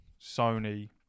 Sony